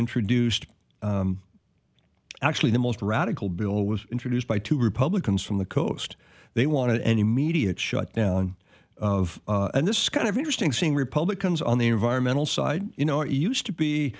introduced actually the most radical bill was introduced by two republicans from the coast they want to any media shutdown of this kind of interesting seeing republicans on the environmental side you know it used to be